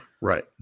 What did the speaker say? Right